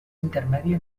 intermèdia